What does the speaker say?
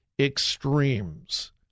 extremes